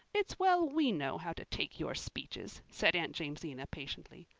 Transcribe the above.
it's well we know how to take your speeches, said aunt jamesina patiently.